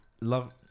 love